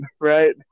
right